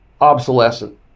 obsolescent